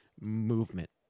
movement